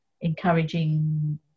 encouraging